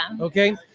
Okay